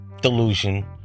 delusion